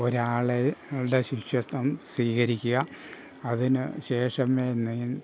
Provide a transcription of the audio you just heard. ഒരാളുടെ ശിഷ്യത്യം സ്വീകരിക്കുക അതിനു ശേഷമേ